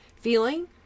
feeling